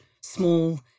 small